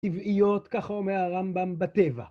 ‫טבעיות, ככה אומר הרמב״ם, בטבע.